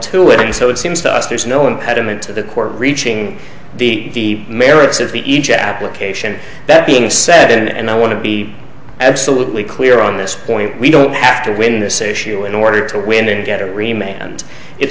to it and so it seems to us there's no impediment to the court reaching the merits of each application that being said and i want to be absolutely clear on this point we don't have to win this a shoo in order to win and get